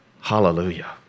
Hallelujah